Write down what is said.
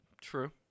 True